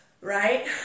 right